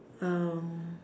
um